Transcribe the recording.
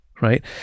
right